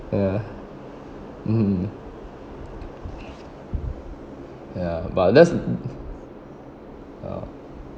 ya mm ya but that's uh